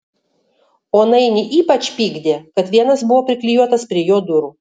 o nainį ypač pykdė kad vienas buvo priklijuotas prie jo durų